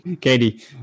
Katie